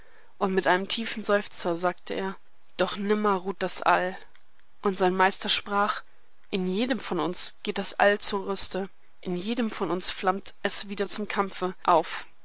und mit einem tiefen seufzer sagte er doch nimmer ruht das all und sein meister sprach in jedem von uns geht das all zur rüste in jedem von uns flammt es wieder zum kampfe auf